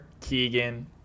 Keegan